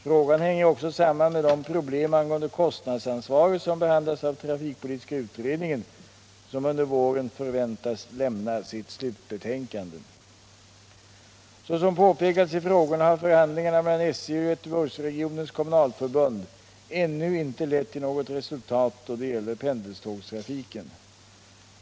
Frågan hänger också samman med de problem angående kostnadsansvaret som behandlas av trafikpolitiska utredningen, som under våren förväntas lämna sitt slutbetänkande. Såsom påpekats i frågorna har förhandlingarna mellan SJ och Göteborgsregionens kommunalförbund ännu inte lett till något resultat då det gäller pendeltågstrafiken.